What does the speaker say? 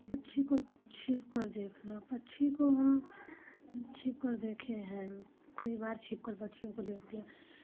पक्षी को छिप कर देखना पक्षी को हम छिप कर देखे हैं कई बार छिप कर पक्षियों को देखते हैं